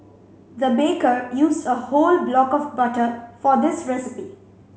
the baker used a whole block of butter for this recipe